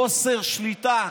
חוסר שליטה,